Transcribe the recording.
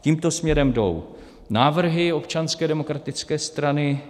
Tímto směrem jdou návrhy Občanské demokratické strany.